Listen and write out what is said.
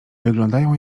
wyglądają